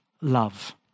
love